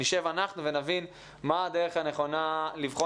נשב אנחנו ונבין מה הדרך הנכונה לבחון